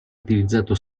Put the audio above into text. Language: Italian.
utilizzato